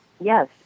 Yes